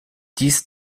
dies